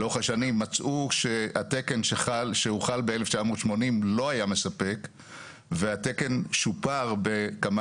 לאורך השנים מצאו שהתקן שהוחל ב-1980 לא היה מספק והתקן שופר בכמה